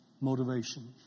motivation